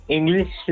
English